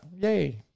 Yay